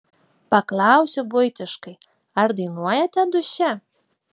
paklausiu buitiškai ar dainuojate duše